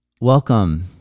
Welcome